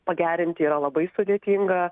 pagerinti yra labai sudėtinga